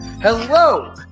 Hello